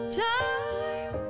time